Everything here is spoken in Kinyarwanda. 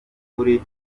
kuri